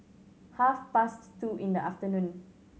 half past two in the afternoon